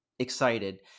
excited